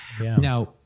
Now